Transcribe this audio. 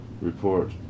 report